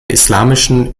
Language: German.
islamischen